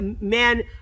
men